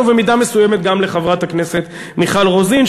ובמידה מסוימת גם לחברת הכנסת מיכל רוזין,